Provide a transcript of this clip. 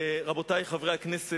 רבותי חברי הכנסת,